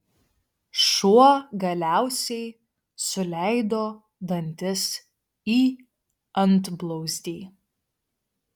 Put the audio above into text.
šuo galiausiai suleido dantis į antblauzdį